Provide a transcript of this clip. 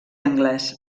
anglès